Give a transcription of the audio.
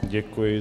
Děkuji.